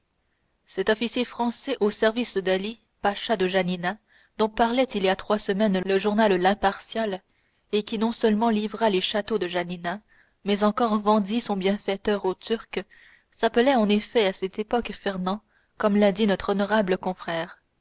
cet officier français au service d'ali pacha de janina dont parlait il y a trois semaines le journal l'impartial et qui non seulement livra les châteaux de janina mais encore vendit son bienfaiteur aux turcs s'appelait en effet à cette époque fernand comme l'a dit notre honorable confrère